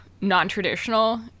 non-traditional